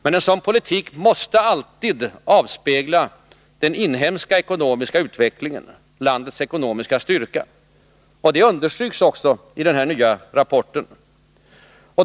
Men en sådan politik måste alltid avspegla den inhemska ekonomiska utvecklingen, landets ekonomiska styrka. Det understryks också i den nya rapporten.